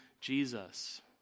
Jesus